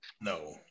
No